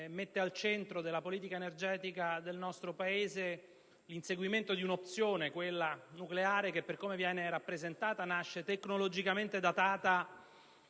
mette al centro della politica energetica del nostro Paese l'inseguimento dell'opzione nucleare che, per come viene rappresentata, nasce tecnologicamente datata